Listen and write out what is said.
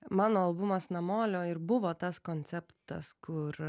mano albumas namolio ir buvo tas konceptas kur